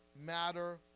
matter